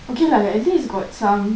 okay lah like actually I got some